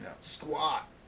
Squat